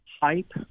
hype